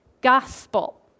gospel